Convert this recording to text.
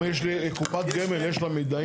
אם יש לי קופת גמל, יש לה מידעים על הלקוח?